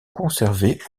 conservés